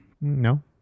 No